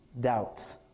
doubts